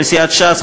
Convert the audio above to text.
מסיעת ש"ס,